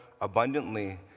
abundantly